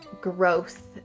growth